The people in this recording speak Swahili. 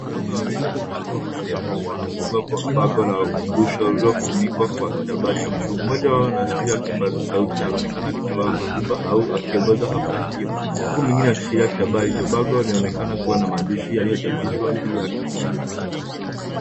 Wanaume wawili wazima wakiwa wamevalia barakoa wanafungua bango la ukumbusho uliofunikwa kwa kitambaa cha buluu, mmoja wao anashikilia kipaza sauti na anaonekana akitoa hotuba au akiongoza hafla hiyo, huku mwingine akishikilia kitambaa hicho. Bango linaonekana kuwa na maandishi yaliyochapishwa juu yake.